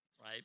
right